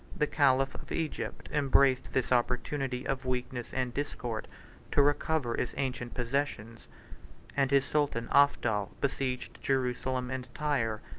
the caliph of egypt embraced this opportunity of weakness and discord to recover his ancient possessions and his sultan aphdal besieged jerusalem and tyre,